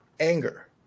anger